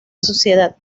sociedad